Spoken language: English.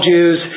Jews